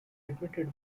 admitted